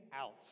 else